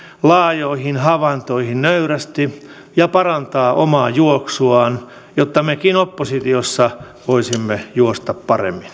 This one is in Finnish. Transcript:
laajoihin havaintoihin nöyrästi ja parantaa omaa juoksuaan jotta mekin oppositiossa voisimme juosta paremmin